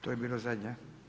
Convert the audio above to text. To je bila zadnja.